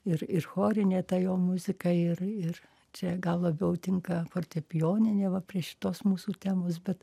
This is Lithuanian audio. ir ir chorinė ta jo muzika ir ir čia gal labiau tinka fortepijoninė va prie šitos mūsų temos bet